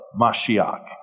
Mashiach